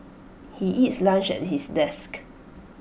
he eats lunch at his desk